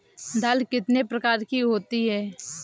दाल कितने प्रकार की होती है?